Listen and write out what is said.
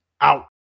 Out